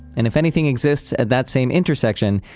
and if anything exists at that same intersection,